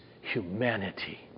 humanity